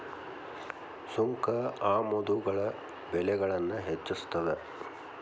ಸುಂಕ ಆಮದುಗಳ ಬೆಲೆಗಳನ್ನ ಹೆಚ್ಚಿಸ್ತದ